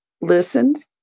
listened